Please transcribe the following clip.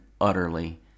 utterly